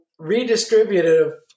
redistributive